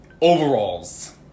overalls